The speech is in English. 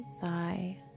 thigh